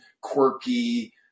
quirky